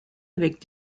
avec